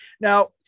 Now